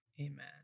Amen